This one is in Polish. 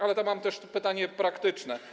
Ale mam też pytanie praktyczne.